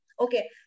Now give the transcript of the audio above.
Okay